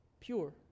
Pure